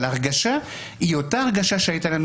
אבל ההרגשה היא אותה הרגשה שהייתה לנו